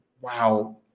wow